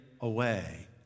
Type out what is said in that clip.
away